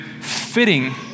fitting